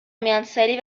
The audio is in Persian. میانسالی